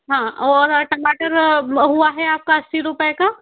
हाँ और टमाटर हुआ है आपका अस्सी रुपए का